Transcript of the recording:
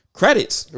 credits